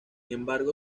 embargo